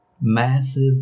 massive